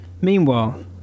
Meanwhile